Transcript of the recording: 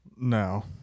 no